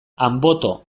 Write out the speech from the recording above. anboto